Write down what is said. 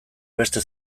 beste